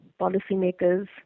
policymakers